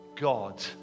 God